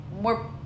more